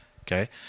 okay